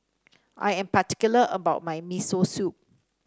I am particular about my Miso Soup